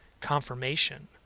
confirmation